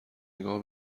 نگاه